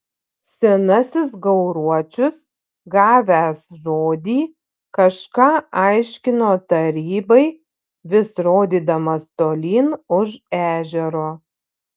senasis gauruočius gavęs žodį kažką aiškino tarybai vis rodydamas tolyn už ežero